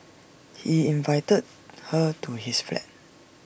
he invited her to his flat